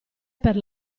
per